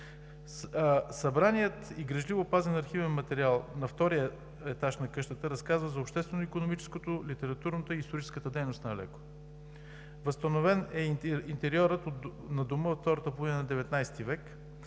Събраният и грижливо пазен архивен материал на втория етаж на къщата разказва за обществено-икономическата, литературната и историческата дейност на Алеко. Възстановен е интериорът на дома от втората половина на ХІХ